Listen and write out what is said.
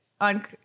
on